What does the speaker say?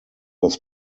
was